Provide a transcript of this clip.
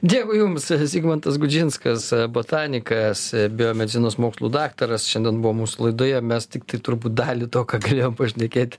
dėkui jums zigmantas gudžinskas botanikas biomedicinos mokslų daktaras šiandien buvo mūsų laidoje mes tiktai turbūt dalį to ką galėjom pašnekėti